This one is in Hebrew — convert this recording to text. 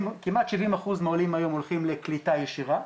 כמעט 70% מהעולים היום הולכים לקליטה ישירה,